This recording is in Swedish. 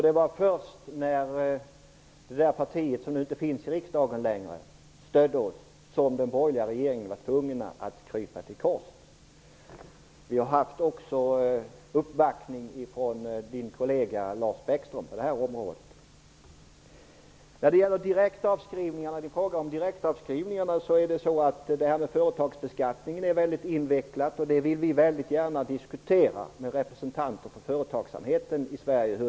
Det var först när det parti som inte längre finns representerat i riksdagen stödde oss som den borgerliga regeringen var tvungen att krypa till korset. Vidare har vi på detta område fått uppbackning från Per Rosengrens partikollega Lars Så till direktavskrivningarna. Det här med företagsbeskattning är ett väldigt invecklat område. Vi diskuterar väldigt gärna uppläggningen med representanter för företagsamheten i Sverige.